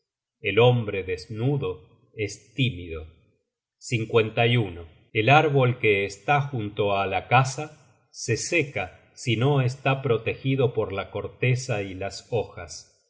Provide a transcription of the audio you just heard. el hombre desnudo es tímido el árbol que está junto á la casa se seca si no está protegido por la corteza y las hojas